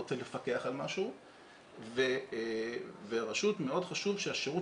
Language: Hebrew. הוא רוצה לפקח על משהו ומאוד חשוב שהשירות